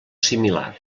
similar